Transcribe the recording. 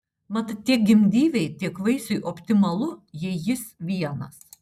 mat tiek gimdyvei tiek vaisiui optimalu jei jis vienas